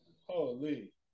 Holy